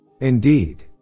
Indeed